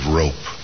rope